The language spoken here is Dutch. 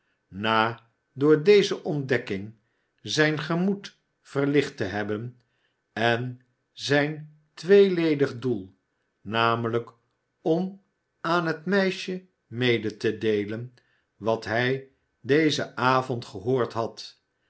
na door deze ontdekking zijn gemoed verlicht te hebben en zijn tweeledigdoel namelijk om aan het meisje mede te deelen wat hij dezen avond gehoord had